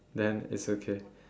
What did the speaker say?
then it's okay